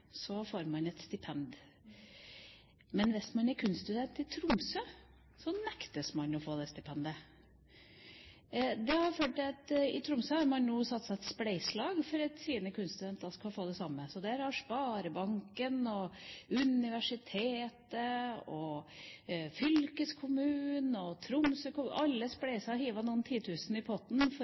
så nektes man det stipendet. Det har i Tromsø ført til at man har satt sammen et spleiselag for at kunststudentene der skal få stipend. Der har sparebanken, universitetet, fylkeskommunen og Tromsø kommune spleiset og hivd noen titusener i potten